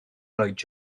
lloyd